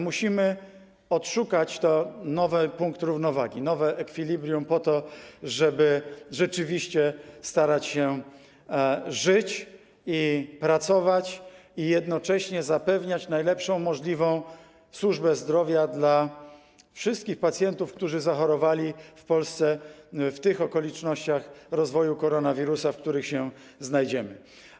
Musimy odszukać nowe punkty równowagi, nowe equilibrium po to, żeby rzeczywiście starać się żyć i pracować, a jednocześnie zapewniać najlepszą możliwą opiekę służby zdrowia wszystkim pacjentom, którzy zachorowali w Polsce, w tych okolicznościach rozwoju koronawirusa, w których się znajdziemy.